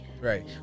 Right